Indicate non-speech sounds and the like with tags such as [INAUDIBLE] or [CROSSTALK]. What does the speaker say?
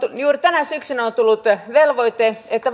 juuri tänä syksynä on tullut velvoite että [UNINTELLIGIBLE]